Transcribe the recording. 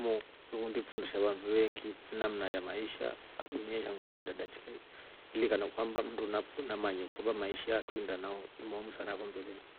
Ngikundi ifundisha vandu veengi namna ya maisha duniya yi shandu iliinda dachika yi, ilikana kwamba mndu nam- namanye kwamba maisha ya tuliinda nayo ni moomu sana kunu mbele.